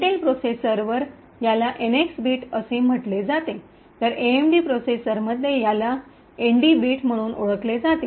Intel प्रोसेसरवर याला NX bit असे म्हटले जाते तर एएमडी प्रोसेसरमध्ये याला एनडी बिट म्हणून ओळखले जाते